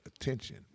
attention